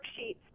worksheets